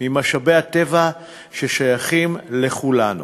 לו ממשאבי הטבע השייכים לכולנו.